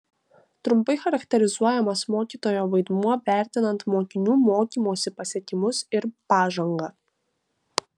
trumpai charakterizuojamas mokytojo vaidmuo vertinant mokinių mokymosi pasiekimus ir pažangą